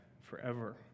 forever